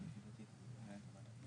אחוז השכירות המוסדית במדינת ישראל